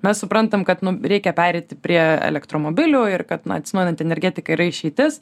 mes suprantam kad nu reikia pereiti prie elektromobilių ir kad na atsinaujinanti energetika yra išeitis